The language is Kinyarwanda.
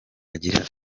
agira